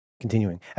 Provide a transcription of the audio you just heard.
Continuing